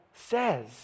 says